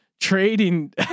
trading